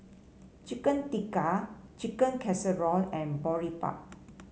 Chicken Tikka Chicken Casserole and Boribap